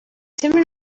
sembri